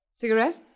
Cigarette